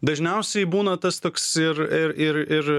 dažniausiai būna tas toks ir ir ir ir